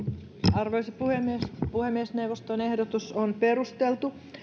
arvoisa puhemies puhemiesneuvoston ehdotus on perusteltu